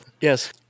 Yes